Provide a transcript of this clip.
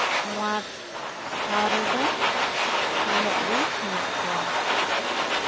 ᱱᱚᱣᱟ ᱴᱷᱟᱣ ᱨᱮᱫᱚ ᱱᱩᱱᱟᱹᱜ ᱜᱮ ᱢᱮᱱᱟᱜ ᱠᱚᱣᱟ